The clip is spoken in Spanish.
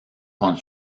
con